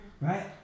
right